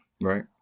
Right